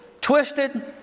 twisted